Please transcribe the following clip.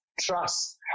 trust